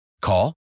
Call